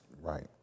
Right